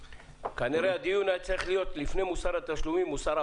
כנראה הדיון היה צריך להיות על מוסר עבודה,